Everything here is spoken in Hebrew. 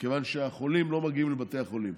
כיוון שהחולים לא מגיעים לבתי החולים.